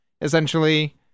Essentially